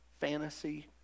fantasy